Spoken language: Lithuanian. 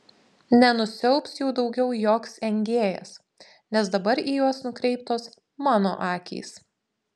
nenusiaubs jų daugiau joks engėjas nes dabar į juos nukreiptos mano akys